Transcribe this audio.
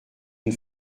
une